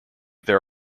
there